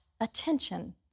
attention